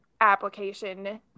application